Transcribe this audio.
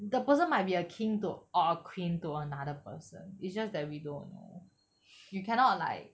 the person might be a king to or queen to another person it's just that we don't know you cannot like